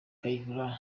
kayihura